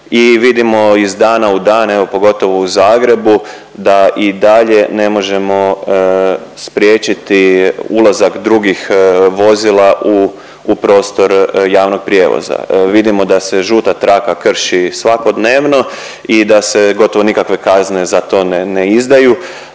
vidimo iz dana u dan, evo pogotovo u Zagrebu da i dalje ne možemo spriječiti ulazak drugih vozila u, u prostor javnog prijevoza. Vidimo da se žuta traka krši svakodnevno i da se gotovo nikakve kazne za to ne, ne izdaju.